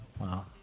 Wow